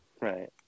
right